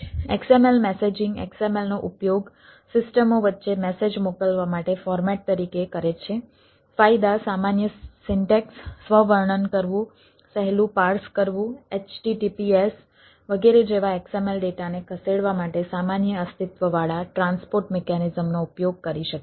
XML messaging નો ઉપયોગ કરી શકે છે